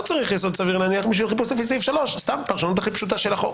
צריך בשביל סעיף 28ב3. פרשנות הכי פשוטה של החוק.